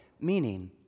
meaning